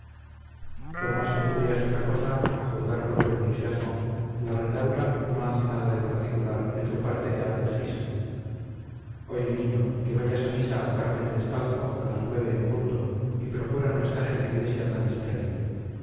por más que tú creas otra cosa a juzgar por tu entusiasmo la ridaura no hace nada de particular en su parte de adalgisa oye niño que vayas a misa al carmen descalzo a las nueve en punto y procura no estar en la iglesia tan distraído